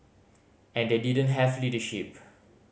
and they didn't have leadership